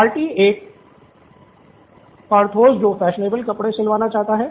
party 1 Porthos जो fashionable कपड़े सिलवाना चाहते हैं